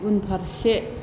उनफारसे